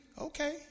Okay